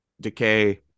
decay